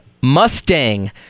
Mustang